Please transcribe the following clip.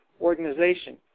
organization